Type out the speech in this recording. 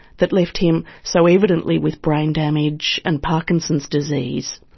that left him so evidently with brain damage and parkinson's disease?